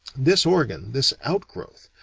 this organ, this outgrowth,